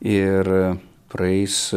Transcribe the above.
ir praeis